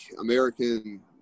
American